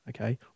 okay